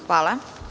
Hvala.